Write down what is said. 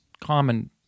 common